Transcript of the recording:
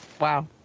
Wow